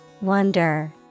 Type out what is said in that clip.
Wonder